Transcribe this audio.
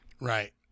Right